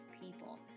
people